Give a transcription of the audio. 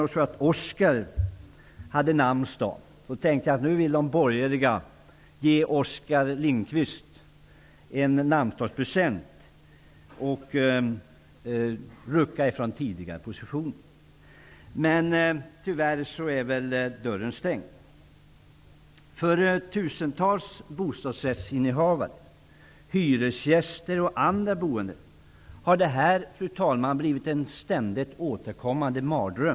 Jag såg då att Oskar har namnsdag i dag och tänkte att nu vill de borgerliga ge Oskar Lindkvist en namnsdagspresent bestående av att man ruckade på tidigare positioner. Tyvärr är väl dörren stängd. För tusentals bostadsrättsinnehavare, hyresgäster och andra boende har det här blivit en ständigt återkommande mardröm.